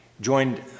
joined